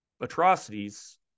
atrocities